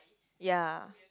ya